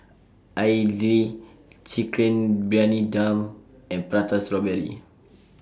Idly Chicken Briyani Dum and Prata Strawberry